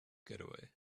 getaway